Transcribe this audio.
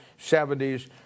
70s